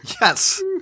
Yes